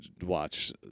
watch